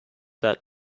that